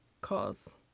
cause